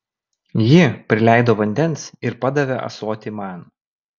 ji prileido vandens ir padavė ąsotį man